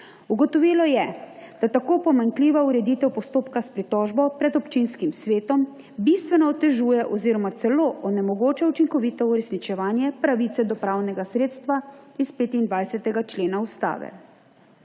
Ugotovilo je, da tako pomanjkljiva ureditev postopka s pritožbo pred občinskim svetom bistveno otežuje oziroma celo onemogoča učinkovito uresničevanje pravice do pravnega sredstva iz 25. člena Ustave.